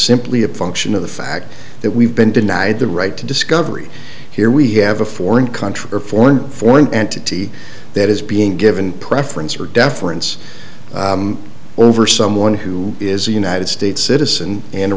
simply a function of the fact that we've been denied the right to discovery here we have a foreign country or foreign foreign entity that is being given preference or deference over someone who is a united states citizen and a